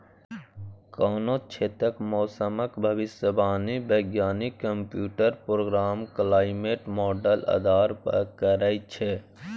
कोनो क्षेत्रक मौसमक भविष्यवाणी बैज्ञानिक कंप्यूटर प्रोग्राम क्लाइमेट माँडल आधार पर करय छै